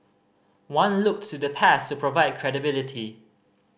one looked to the past to provide credibility